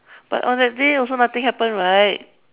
but on that day also nothing happened right